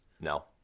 no